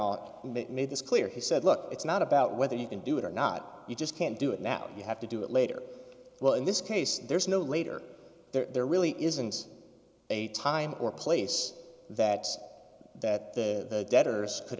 this clear he said look it's not about whether you can do it or not you just can't do it now you have to do it later well in this case there's no later there really isn't a time or place that that the debtors could